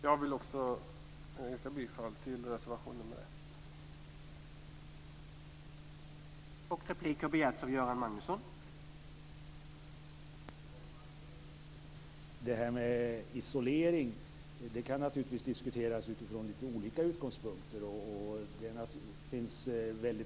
Jag vill yrka bifall till reservation nr 1.